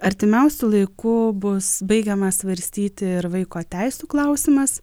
artimiausiu laiku bus baigiamas svarstyti ir vaiko teisių klausimas